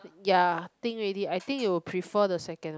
ya think already I think you will prefer the second one